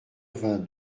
vingt